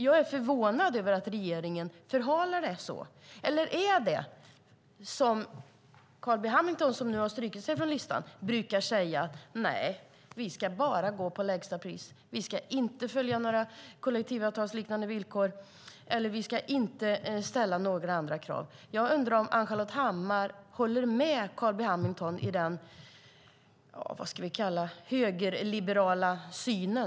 Jag är förvånad över att regeringen förhalar. Är det som Carl B Hamilton - som nu har strukit sig på talarlistan - brukar säga, nämligen att man ska bara gå på lägsta pris, inte följa några kollektivavtalsliknande villkor eller inte ställa några andra krav? Jag undrar om Ann-Charlotte Hammar håller med Carl B Hamilton i den högerliberala synen.